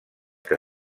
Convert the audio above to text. que